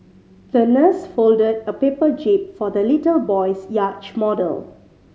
the nurse folded a paper jib for the little boy's yacht model